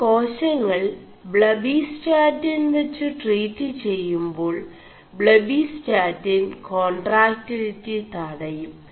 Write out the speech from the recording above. ഇനി േകാശÆൾ ബി¶ാിൻ െവg് 4ടീ്െചgേ2ാൾ ബി¶ാിൻ േകാൺ4ടാക്ിലിി തടയും